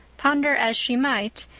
ponder as she might,